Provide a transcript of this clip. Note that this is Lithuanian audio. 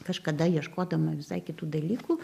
kažkada ieškodama visai kitų dalykų